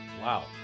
wow